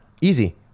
easy